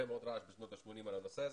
מאוד רעש בשנות ה-80' על הנושא הזה.